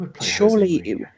Surely